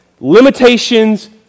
limitations